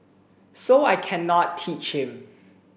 so I cannot teach him